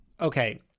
Okay